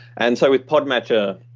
and so with podmatcher,